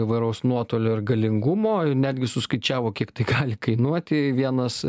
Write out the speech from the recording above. įvairaus nuotolio ir galingumo netgi suskaičiavo kiek tai gali kainuoti vienas